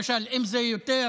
למשל, אם זה היה יותר